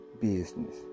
business